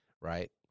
right